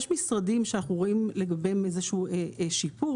יש משרדים שאנחנו רואים לגביהם איזשהו שיפור,